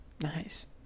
Nice